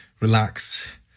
relax